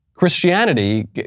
Christianity